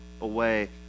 away